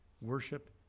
worship